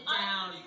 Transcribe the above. down